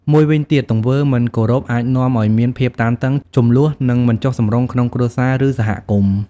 មួយវិញទៀត ទង្វើមិនគោរពអាចនាំឲ្យមានភាពតានតឹង ជម្លោះ និងមិនចុះសម្រុងក្នុងគ្រួសារ ឬសហគមន៍។